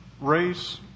race